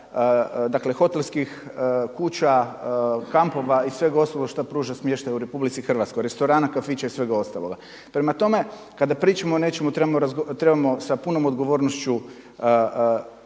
dakle hotelskih kuća, kampova i svega ostalog šta pruža smještaj u RH, restorana, kafića i svega ostaloga. Prema tome kada pričamo o nečemu trebamo sa punom odgovornošću